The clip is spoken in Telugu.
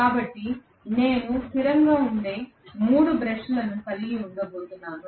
కాబట్టి నేను స్థిరంగా ఉండే 3 బ్రష్లను కలిగి ఉండబోతున్నాను